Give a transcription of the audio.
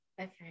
Okay